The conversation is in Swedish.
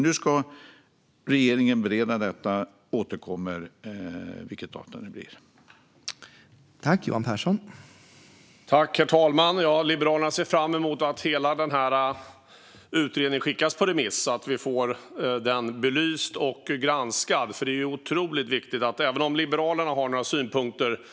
Nu ska regeringen bereda detta och återkomma om vilket datum det blir.